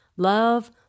Love